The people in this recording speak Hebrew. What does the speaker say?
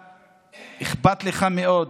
שאכפת לך מאוד